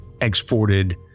exported